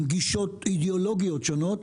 עם גישות אידיאולוגיות שונות,